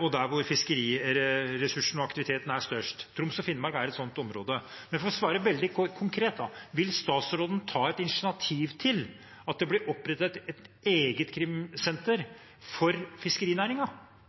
og der fiskeriressursene og aktiviteten er størst. Troms og Finnmark er et slikt område. For å spørre veldig konkret: Vil statsråden ta initiativ til at det blir opprettet et eget